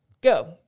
Go